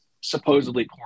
supposedly